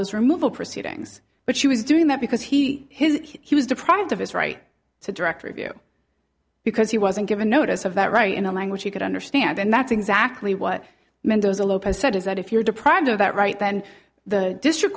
colossus removal proceedings but she was doing that because he has he was deprived of his right to direct review because he wasn't given notice of that right in a language he could understand and that's exactly what mendoza lopez said is that if you're deprived of that right then the district